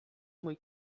mój